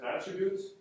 attributes